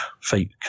fake